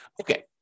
Okay